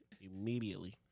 Immediately